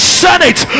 senate